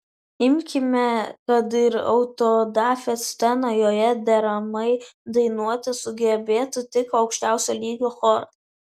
imkime kad ir autodafė sceną joje deramai dainuoti sugebėtų tik aukščiausio lygio choras